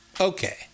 Okay